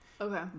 Okay